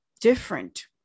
different